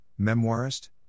memoirist